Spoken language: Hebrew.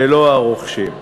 ולא הרוכשים,